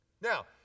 now